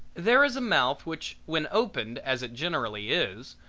there is a mouth which when opened, as it generally is,